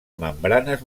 membranes